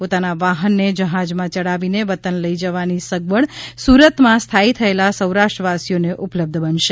પોતાના વાહનને જહાજમાં ચડાવીને વતન લઇ જવાની સગવડ સુરતમાં સ્થાયી થયેલા સૌરાષ્ટ્રવાસીઓ ને ઉપલબ્ધ બનશે